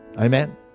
Amen